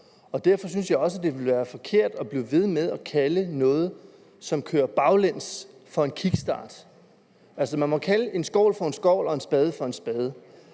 og derfor synes jeg også, det ville være forkert at blive ved med at kalde noget, som kører baglæns, for en kickstart. Altså, man må kalde en skovl for en skovl og en spade for en spade,